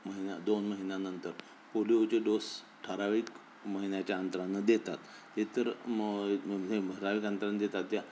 महिन्या दोन महिन्यानंतर पोलिओचे डोस ठराविक महिन्याच्या अंतरानं देतात एक तर हे ठराविक अंतरानं देतात त्या